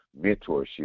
mentorship